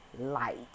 light